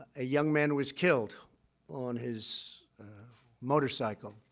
a young man was killed on his motorcycle.